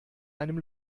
einem